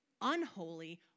unholy